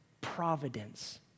providence